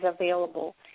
available